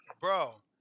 Bro